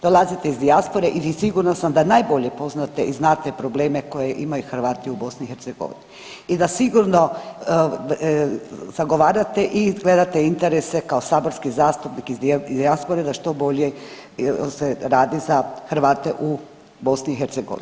Dolazite iz dijaspore i sigurna sam da najbolje poznate i znate probleme koje imaju Hrvati u BiH i da sigurno zagovarate i gledate interese kao saborski zastupnik iz dijaspore da što bolje se radi za Hrvate u BiH.